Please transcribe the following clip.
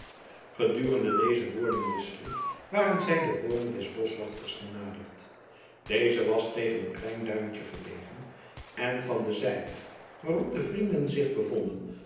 gedurende deze woordenwisseling waren zij de woning des boschwachters genaderd deze was tegen een klein duintje gelegen en van den zijweg waarop de vrienden zich bevonden